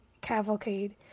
cavalcade